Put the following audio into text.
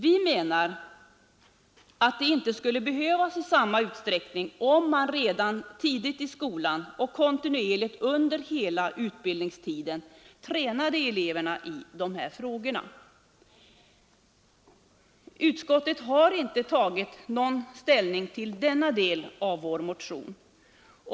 Vi menar att detta inte skulle behövas i samma utsträckning, om man redan tidigt i skolan och kontinuerligt under hela utbildningstiden tränade eleverna i dessa avseenden. Utskottet har inte tagit någon ställning till denna del av vår motion.